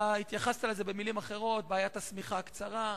והתייחסת לזה במלים אחרות כמו בעיית השמיכה הקצרה,